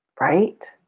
Right